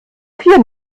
vier